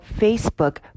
Facebook